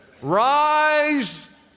rise